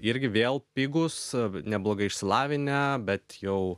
irgi vėl pigūs neblogai išsilavinę bet jau